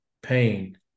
pain